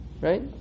right